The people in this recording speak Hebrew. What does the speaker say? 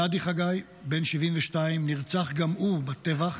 גדי חגי, בן 72, נרצח גם הוא בטבח,